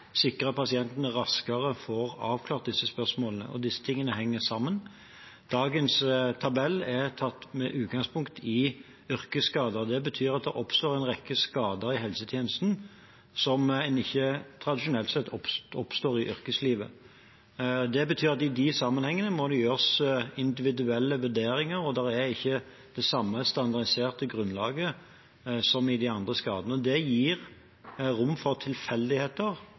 sikre at pasientene raskere får avklart disse spørsmålene. Disse tingene henger sammen. Dagens tabell tar utgangspunkt i yrkesskader. Det betyr at det oppstår en rekke skader i helsetjenesten som tradisjonelt sett ikke oppstår i yrkeslivet. Det betyr at det i de sammenhengene må gjøres individuelle vurderinger, og det er ikke det samme standardiserte grunnlaget som det er i forbindelse med de andre skadene. Det gir rom for tilfeldigheter,